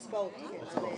הצבעות כן,